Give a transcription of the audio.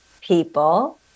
people